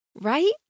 Right